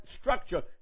structure